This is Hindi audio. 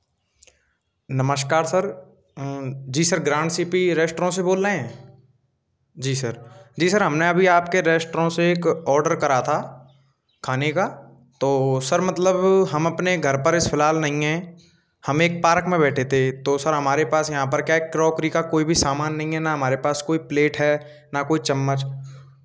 नमस्कार sir ji sir grand city restaurant से बोल रहे हैं जी सर जी सर हमने अभी आपके रेस्ट्रों से एक ऑर्डर करा था खाने का तो सर मतलब हम अपने घर पर इस फ़िलहाल नहीं हैं हम एक पार्क में बैठे थे तो सर हमारे पास यहाँ पर क्या है क्रॉकरी का कोई भी सामान नहीं है ना हमारे पास कोई प्लेट है ना कोई चम्मच